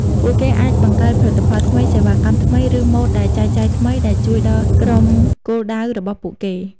ពួកគេអាចបង្កើតផលិតផលថ្មី សេវាកម្មថ្មី ឬម៉ូតដែលចែកចាយថ្មីដែលជួយដល់ក្រុមគោលដៅរបស់ពួកគេ។